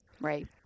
Right